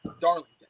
Darlington